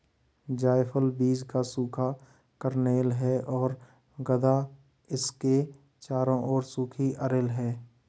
जायफल बीज का सूखा कर्नेल है और गदा इसके चारों ओर सूखी अरिल है